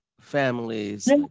families